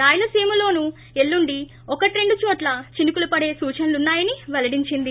రాయలసీమలోనూ ఎల్లుండి ఒకట్రెండుచోట్ల చినుకులు పడే సూచనలన్నా యని పెల్లడించింది